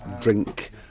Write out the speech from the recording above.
drink